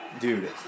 Dude